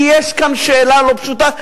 כי יש כאן שאלה לא פשוטה.